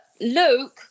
Luke